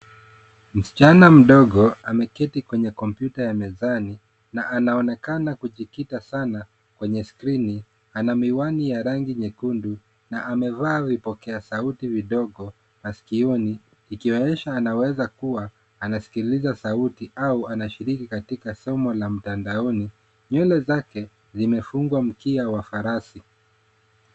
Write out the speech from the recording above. Msichana mdogo ameketi kwenye kompyuta ya mezani na anaonekana kujikita sana kwenye skrini. Ana miwani ya rangi nyekundu na amevaa vipokea sauti vidogo masikioni ikionyesha anaweza kuwa anasikiliza sauti au anashiriki katika somo la mtandaoni. Nywele zake zimefungwa mkia wa farasi.